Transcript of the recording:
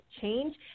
change